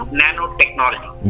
nanotechnology